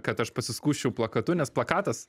kad aš pasiskųsčiau plakatu nes plakatas